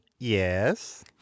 Yes